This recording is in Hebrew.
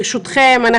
ברשותכם,